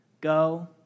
Go